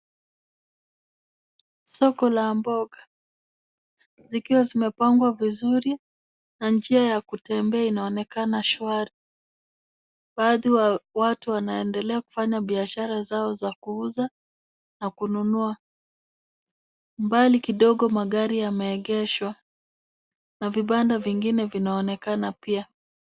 Soko la mboga zikiwa zimepangwa vizuri na njia ya kutembea inaonekana shwari. Baadhi wa watu wanaendelea kufanya biashara zao za kuuza na kununua. Mbali kidogo magari yameegeshwa na vibanda vingine vinaonekana pia.